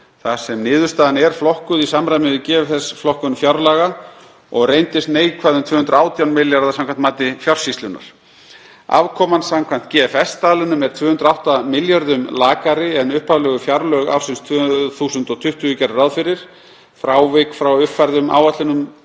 þar sem niðurstaðan er flokkuð í samræmi við GFS-flokkun fjárlaga og reyndist neikvæð um 218 milljarða samkvæmt mati Fjársýslunnar. Afkoman samkvæmt GFS-staðlinum er 208 milljörðum lakari en upprunalegu fjárlög ársins 2020 gerðu ráð fyrir. Frávik frá uppfærðum áætlunum